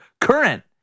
current